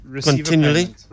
continually